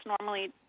normally